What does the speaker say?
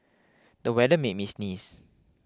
the weather made me sneeze